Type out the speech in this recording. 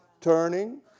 turning